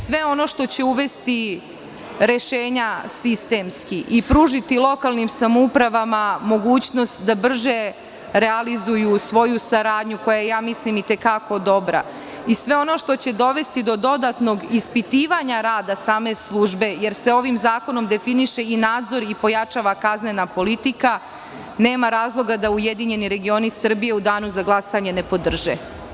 Sve ono što će uvesti rešenja sistemski i pružiti lokalnim samoupravama mogućnost da brže realizuju svoju saradnju koja mislim da je i te kako dobra i sve ono što će dovesti do dodatnog ispitivanja rada same službe, jer se ovim zakonom definiše i nadzor i pojačava kaznena politika, nema razloga da URS u danu za glasanje ne podrže.